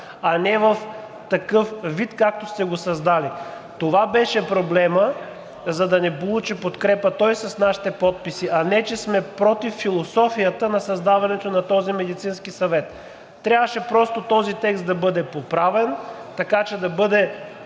а не в такъв вид, както сте го създали. Това беше проблемът, за да не получи подкрепа той с нашите подписи, а не че сме против философията на създаването на този медицински съвет. Трябваше просто този текст да бъде поправен, така че да бъде